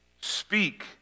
Speak